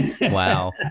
Wow